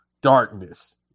darkness